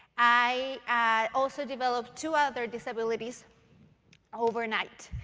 i i also developed two other disabilities overnight.